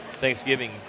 Thanksgiving